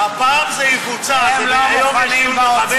זה יבוצע.